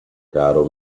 caro